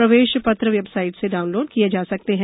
प्रवेश पत्र वेबसाईट से डाउनलोड किये जा सकते हैं